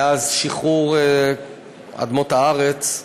מאז שחרור אדמות הארץ,